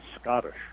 Scottish